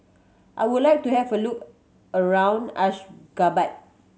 I would like to have a look around Ashgabat